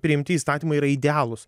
priimti įstatymai yra idealūs